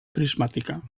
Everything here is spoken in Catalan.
prismàtica